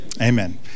Amen